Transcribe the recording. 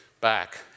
back